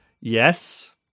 Yes